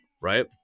Right